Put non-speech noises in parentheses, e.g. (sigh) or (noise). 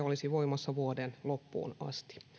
(unintelligible) olisi voimassa vuoden loppuun asti